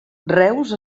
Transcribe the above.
reus